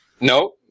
No